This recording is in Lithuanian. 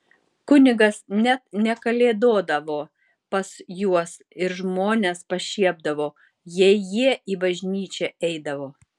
kunigas net nekalėdodavo pas juos ir žmonės pašiepdavo jei jie į bažnyčią eidavo